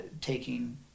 taking